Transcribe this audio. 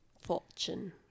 fortune